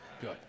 Good